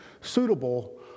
suitable